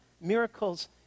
miracles